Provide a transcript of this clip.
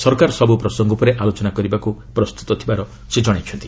ସରକାର ସବୁ ପ୍ରସଙ୍ଗ ଉପରେ ଆଲୋଚନା କରିବାକୁ ପ୍ରସ୍ତୁତ ଥିବାର ମଧ୍ୟ ସେ ଜଣାଇଛନ୍ତି